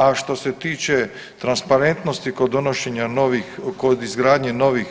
A što se tiče transparentnosti kod donošenja novih, kod izgradnje novih